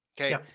Okay